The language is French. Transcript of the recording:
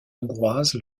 hongroise